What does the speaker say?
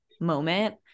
moment